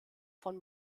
von